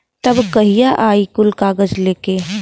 तब कहिया आई कुल कागज़ लेके?